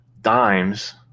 dimes